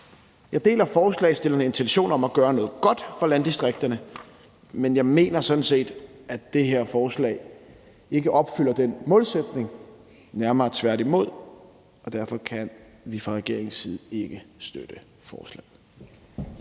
Jeg deler forslagsstillernes intention om at gøre noget godt for landdistrikterne, men jeg mener sådan set, at det her forslag ikke opfylder den målsætning, nærmere tværtimod, og derfor kan vi fra regeringens side ikke støtte forslaget.